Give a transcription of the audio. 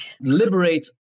liberate